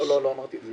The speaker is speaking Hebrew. לא, לא אמרתי את זה.